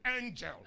angel